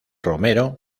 romero